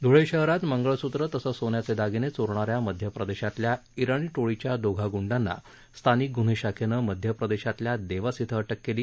ध्ळे शहरात मंगळसूत्र तसंच सोन्याचे दोगिने चोरणाऱ्या मध्यप्रदेशातल्या इराणी टोळीच्या दोघा ग्ंडांना स्थानिक ग्न्हे शाखेनं मध्यप्रदेशातल्या देवास इथं अटक केली